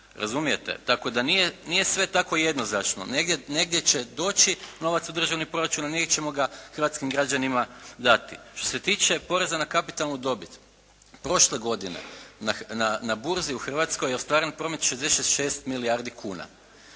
vrijednost, tako da nije sve tako jednoznačno. Negdje će doći novac u državni proračun a negdje ćemo ga hrvatskim građanima dati. Što se tiče poreza na kapitalnu dobit prošle godine na burzi u Hrvatskoj je ostvaren promet 66 milijardi kuna.